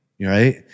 right